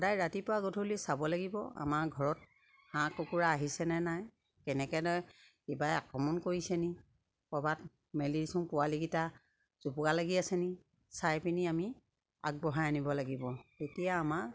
সদায় ৰাতিপুৱা গধূলি চাব লাগিব আমাৰ ঘৰত হাঁহ কুকুৰা আহিছেনে নাই কেনেকে কিবা আক্ৰমণ কৰিছে নি ক'ৰবাত মেলি পোৱালিকিটা জোপোকা লাগি আছে নি চাই পিনি আমি আগবঢ়াই আনিব লাগিব তেতিয়া আমাৰ